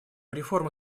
реформа